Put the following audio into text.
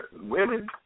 women